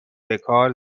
بکار